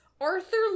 arthur